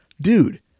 Dude